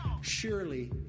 Surely